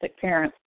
parents